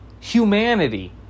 Humanity